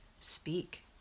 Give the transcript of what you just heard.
speak